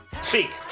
Speak